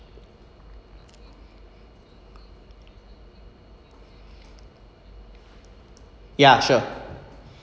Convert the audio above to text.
ya sure